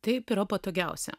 taip yra patogiausia